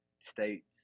states